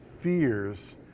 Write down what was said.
fears